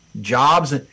jobs